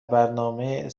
برنامه